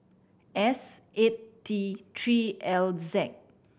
S eight T Three L Z